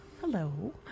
Hello